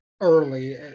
early